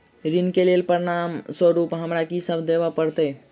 ऋण केँ लेल प्रमाण स्वरूप हमरा की सब देब पड़तय?